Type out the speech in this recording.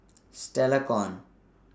Stella Kon